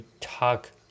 talk